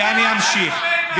ואני אמשיך.